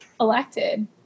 elected